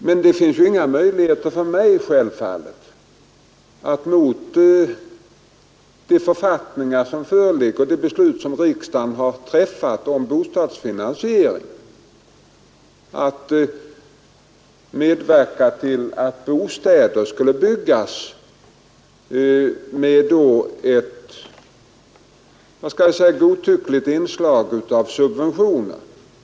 Men det finns självfallet inga möjligheter för mig att mot de författningar som föreligger och de beslut som riksdagen fattat om bostadsfinansieringen medverka till att bostäder skulle byggas med ett så att säga godtyckligt inslag av subventioner.